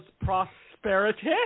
prosperity